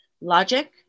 logic